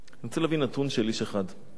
של איש אחד.